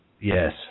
Yes